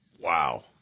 Wow